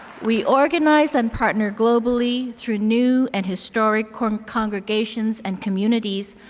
we organize and partner globally through new and historic um congregations and communities,